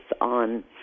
on